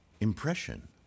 impression